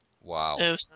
Wow